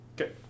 Okay